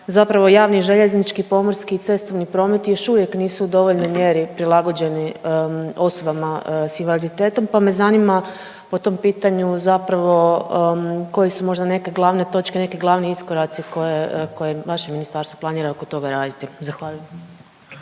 zapravo javni i željeznički, pomorski i cestovni promet još uvijek nisu u dovoljnoj mjeri prilagođeni osobama s invaliditetom pa me zanima po tom pitanju zapravo koje su možda neke glavne točke, neki glavni iskoraci koje, koje vaše ministarstvo planira oko toga raditi. Zahvaljujem.